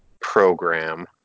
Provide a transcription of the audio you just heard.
program